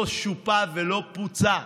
לא שופו ולא פוצו,